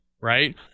right